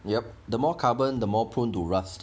yup the more carbon the more prone to rust